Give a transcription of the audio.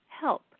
help